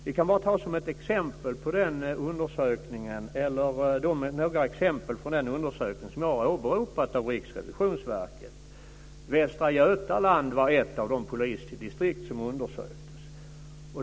Vi kan ta några exempel från den undersökning av Riksrevisionsverket som jag har åberopat. Västra Götaland var ett av de polisdistrikt som undersöktes.